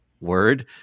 word